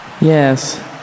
Yes